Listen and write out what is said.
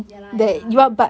ya lah ya lah